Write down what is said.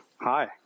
Hi